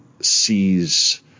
sees